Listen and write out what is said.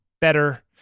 better